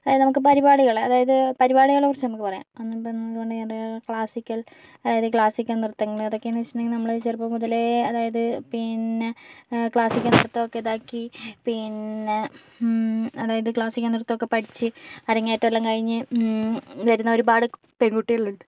അതായത് നമുക്ക് പരിപാടികൾ അതായത് പരിപാടികളെക്കുറിച്ച് നമുക്ക് പറയാം ക്ലാസ്സിക്കൽ അതായത് ക്ലാസ്സിക്കൽ നൃത്തങ്ങൾ എതൊക്കെയെന്ന് വെച്ചിട്ടുണ്ടെങ്കിൽ നമ്മൾ ചെറുപ്പം മുതലേ അതായത് പിന്നെ ക്ലാസ്സിക്കൽ നൃത്തമൊക്കെ ഇതാക്കി പിന്നെ അതായത് ക്ലാസ്സിക്കൽ നൃത്തമൊക്കെ പഠിച്ച് അരങ്ങേറ്റം എല്ലാം കഴിഞ്ഞ് വരുന്ന ഒരുപാട് പെൺകുട്ടികളുണ്ട്